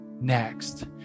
next